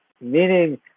meaning